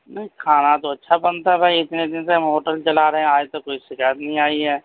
نہیں کھانا تو اچھا بنتا ہے بھائی انتے دن سے ہم ہوٹل چلا رہے ہیں آج تک کوئی شکایت نہیں آئی ہے